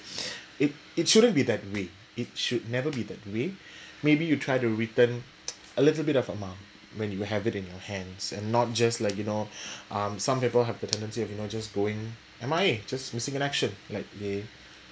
it it shouldn't be that way it should never be that way maybe you try to return a little bit of amount when you will have it in your hands and not just like you know um some people have the tendency of you know just going M_I_A just missing in action like they